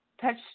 touch